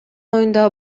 оюнда